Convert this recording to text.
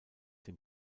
dem